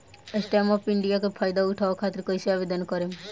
Stand up India के फाइदा उठाओ खातिर कईसे आवेदन करेम?